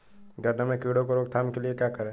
गन्ने में कीड़ों की रोक थाम के लिये क्या करें?